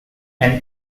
and